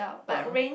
(uh huh)